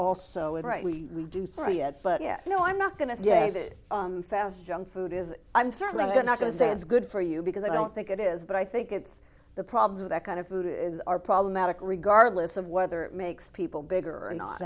also in right we do so yet but you know i'm not going to say yes it fast junk food is i'm certainly not going to say it's good for you because i don't think it is but i think it's the problem with that kind of food is are problematic regardless of whether makes people bigger or not